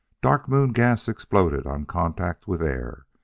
dark moon gas exploded on contact with air.